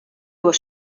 was